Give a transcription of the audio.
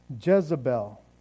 Jezebel